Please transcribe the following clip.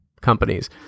companies